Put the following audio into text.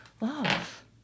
love